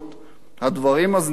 הדברים הזניחים האלה.